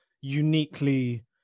uniquely